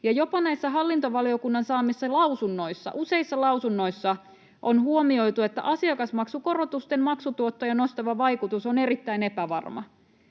Jopa useissa hallintovaliokunnan saamissa lausunnoissa on huomioitu, että asiakasmaksukorotusten maksutuottoja nostava vaikutus on erittäin epävarma.